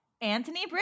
anthony